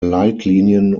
leitlinien